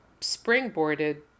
springboarded